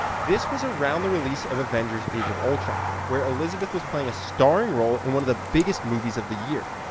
this was around the release of avengers age of ultron where elizabeth was playing a starring role in one of the biggest movies of the year.